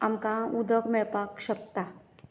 आमकां उदक मेळपाक शकता